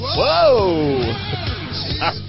Whoa